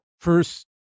first